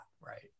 right